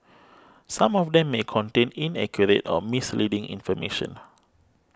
some of them may contain inaccurate or misleading information